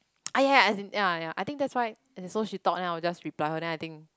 !aiya! as in ya ya I think that's why so she talk then I will just reply her then I think